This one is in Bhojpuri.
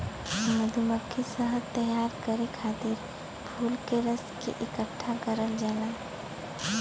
मधुमक्खी शहद तैयार करे खातिर फूल के रस के इकठ्ठा करल जाला